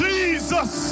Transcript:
Jesus